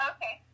Okay